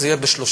זה יהיה ב-35%.